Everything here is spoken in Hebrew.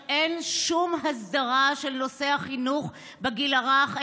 אין שום הסדרה של נושא החינוך בגיל הרך,